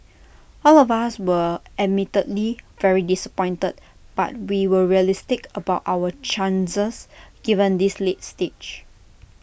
all of us were admittedly very disappointed but we were realistic about our chances given this late stage